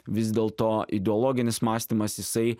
vis dėl to ideologinis mąstymas jisai